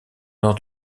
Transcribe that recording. nord